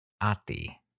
Ati